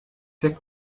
der